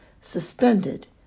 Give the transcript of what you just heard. suspended